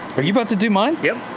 are you about to do mine? yep.